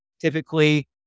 typically